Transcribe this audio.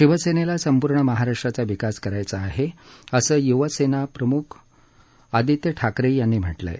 शिवसेनेला संपूर्ण महाराष्ट्राचा विकास करायचा आहे असं युवासेनाप्रमुख आदित्य ठाकरे यांनी म्हटलं आहे